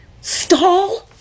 Stall